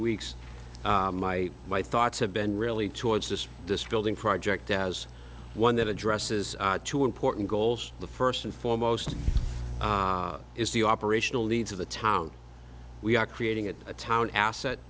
weeks my my thoughts have been really towards this distilling project as one that addresses two important goals the first and foremost is the operational needs of the town we are creating a town asset